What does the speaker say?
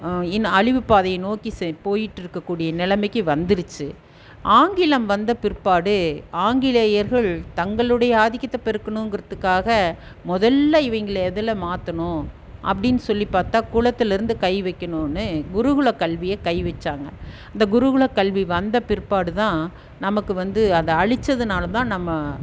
இன் அழிவு பாதையை நோக்கி செ போயிட்டிருக்க கூடிய நிலைமைக்கு வந்துடுச்சு ஆங்கிலம் வந்த பிற்பாடு ஆங்கிலேயர்கள் தங்களுடைய ஆதிக்கத்தை பெருக்குணுங்கிறத்துகாக முதல்ல இவங்கள எதில்ல மாற்றணும் அப்படின்னு சொல்லி பார்த்தா குலத்தில் இருந்து கை வைக்கிணுனு குருகுல கல்வியை கை வைச்சாங்க இந்த குருகுல கல்வி வந்த பிற்பாடு தான் நமக்கு வந்து அந்த அழித்ததுனால தான் நம்ம